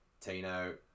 Tino